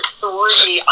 three